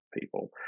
people